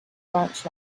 branch